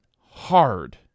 hard